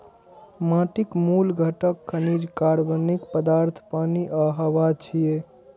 माटिक मूल घटक खनिज, कार्बनिक पदार्थ, पानि आ हवा छियै